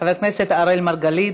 חבר הכנסת אִראל מרגלית,